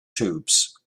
tubes